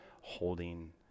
holding